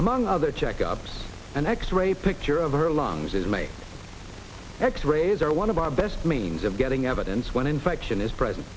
among other checkups an x ray picture of her lungs is my x rays are one of our best means of getting evidence when infection is present